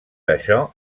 això